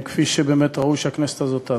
כפי שבאמת ראוי שהכנסת הזאת תעשה.